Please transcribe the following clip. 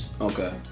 Okay